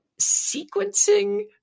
sequencing